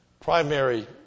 primary